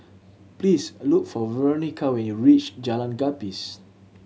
please look for Veronica when you reach Jalan Gapis